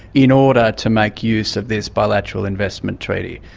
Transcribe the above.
in order to make use of this bilateral investment treaty.